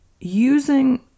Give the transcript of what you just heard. using